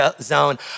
zone